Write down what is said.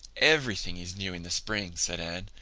everything is new in the spring, said anne.